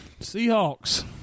Seahawks